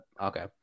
Okay